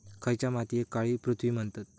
खयच्या मातीयेक काळी पृथ्वी म्हणतत?